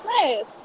Nice